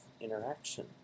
interaction